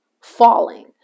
falling